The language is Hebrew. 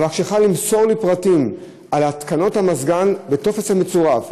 אבקשך למסור לי פרטים על התקנות המזגן בטופס המצורף.